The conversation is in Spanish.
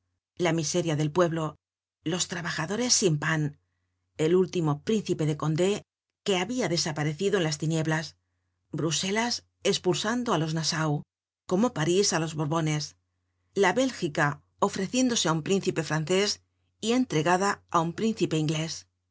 la miseria del pueblo los trabajadores sin pan el último príncipe de condé que habia desaparecido en las tinieblas bruselas espulsando á los nassau como parís á los borbones la bélgica ofreciéndose á un príncipe francés y entregada á un príncipe inglés